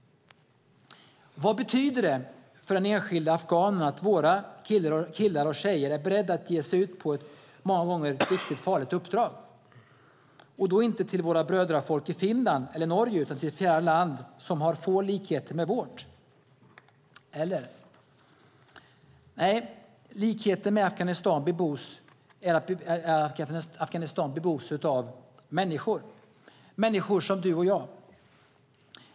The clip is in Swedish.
Vad betyder det för den enskilde afghanen att våra killar och tjejer är beredda att ge sig ut på ett många gånger riktigt farligt uppdrag? Och då är det inte till våra brödrafolk i Finland eller Norge utan till ett fjärran land som har få likheter med vårt - eller? Nej, likheten är att Afghanistan bebos av människor. De är människor som du och jag.